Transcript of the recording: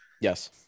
Yes